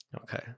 Okay